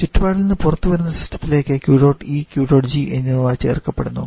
ചുറ്റുപാടിൽ നിന്ന് പുറത്തുവരുന്ന സിസ്റ്റത്തിലേക്ക് Q dot E Q dot G എന്നിവ ചേർക്കപ്പെടുന്നു